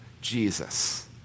Jesus